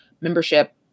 membership